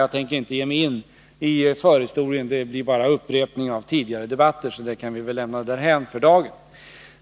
Jag tänker inte ge mig in i förhistorien — det blir bara upprepning av tidigare debatter. Det kan vi lämna därhän för dagen.